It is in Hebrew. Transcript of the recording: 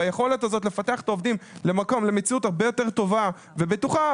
ביכולת הזאת לפתח את העובדים למציאות הרבה יותר טובה ובטוחה,